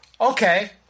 Okay